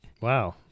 Wow